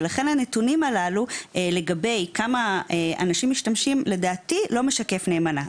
ולכן הנתונים הללו לגבי כמה אנשים משתמשים לדעתי לא משקף נאמנה.